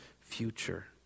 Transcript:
future